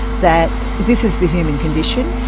that this is the human condition.